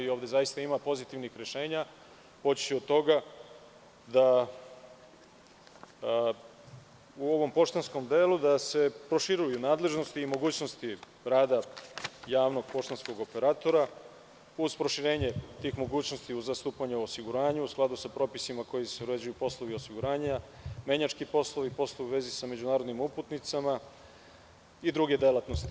Ovde zaista ima pozitivnih rešenja, počevši od toga da u ovom poštanskom delu se proširuju nadležnosti i mogućnosti rada javnog poštanskog operatera, plus proširenje tih mogućnosti u zastupanju u osiguranju u skladu sa propisima kojima se uređuju poslovi osiguranja, menjački poslovi, poslovi u vezi sa međunarodnim uputnicama i druge delatnosti.